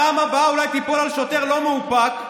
הבאה אולי תיפול על שוטר לא מאופק.